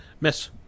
Miss